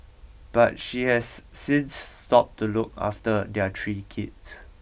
but she has since stopped to look after their three kids